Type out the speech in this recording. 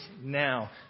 now